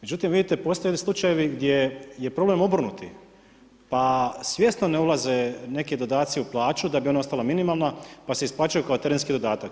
Međutim, vidite postoje slučajevi gdje je problem obrnuti, pa svjesno ne ulaze neki dodaci u plaću da bi ona ostala minimalna, pa se isplaćuje kao terenski dodatak.